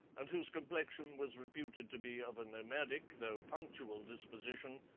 and whose complexion was reputed to be of a nomadic though punctual disposition,